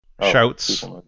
Shouts